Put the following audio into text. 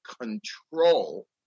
control